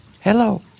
Hello